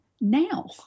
now